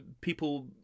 people